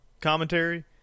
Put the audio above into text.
commentary